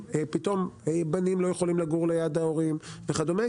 פתאום בנים לא יכולים לגור ליד ההורים וכדומה,